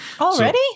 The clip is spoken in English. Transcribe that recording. Already